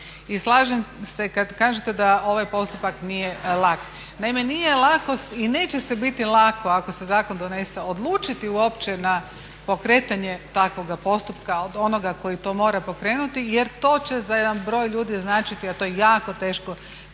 I slažem se kad kažete da ovaj postupak nije lak. Naime, nije lako i neće se biti lako ako se zakon donese, odlučiti uopće na pokretanje takvoga postupka od onoga koji to mora pokrenuti, jer to će za jedan broj ljudi značiti, a to je jako teško